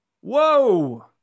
Whoa